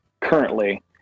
currently